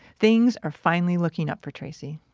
things are finally looking up for tracy